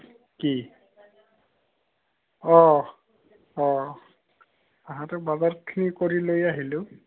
কি অঁ অঁ আহোঁতে বজাৰখিনি কৰি লৈ আহিলোঁ